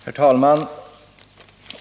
Herr talman!